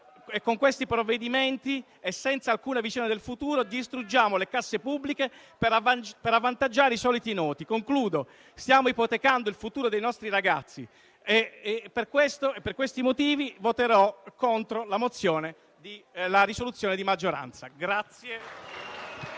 con questi provvedimenti, senza alcuna visione del futuro, distruggiamo le casse pubbliche per avvantaggiare i soliti noti. Concludo: stiamo ipotecando il futuro dei nostri ragazzi. Per questi motivi voterò contro la proposta di risoluzione della maggioranza.